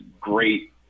great